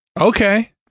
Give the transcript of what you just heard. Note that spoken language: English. Okay